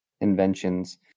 inventions